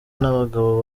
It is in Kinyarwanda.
n’abagabo